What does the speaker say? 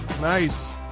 nice